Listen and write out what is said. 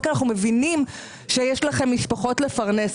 זה על ייעוץ פנסיוני.